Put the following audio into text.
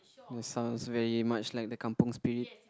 that sounds very much like the kampung Spirit